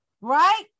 right